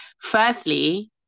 firstly